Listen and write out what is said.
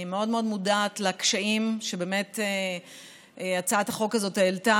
אני מאוד מאוד מודעת לקשיים שהצעת החוק הזאת העלתה